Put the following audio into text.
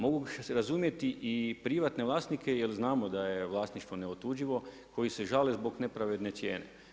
Mogu razumjeti i privatne vlasnike, jer znamo da je vlasništvo neotuđivo koji se žale zbog nepravedne cijene.